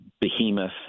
behemoth